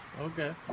Okay